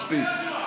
מספיק.